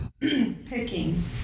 picking